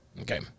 Okay